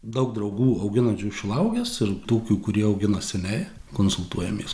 daug draugų auginančių šilauoges ir tokių kurie augina seniai konsultuojamės